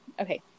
okay